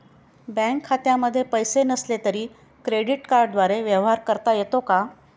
Bank खात्यामध्ये पैसे नसले तरी क्रेडिट कार्डद्वारे व्यवहार करता येतो का?